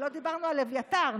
לא דיברנו על אביתר,